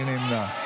מי נמנע?